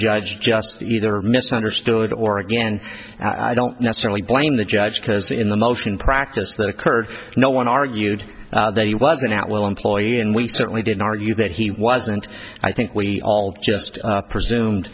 judge just either misunderstood or again i don't necessarily blame the judge because in the motion practice that occurred no one argued that he was an at will employee and we certainly didn't argue the he wasn't i think we all just presumed